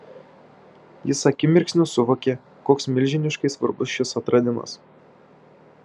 jis akimirksniu suvokė koks milžiniškai svarbus šis atradimas